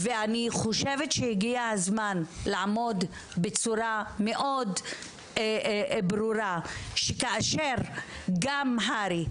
ואני חושבת שהגיע הזמן לעמוד בצורה מאוד ברורה ולומר שכאשר גם הר"י,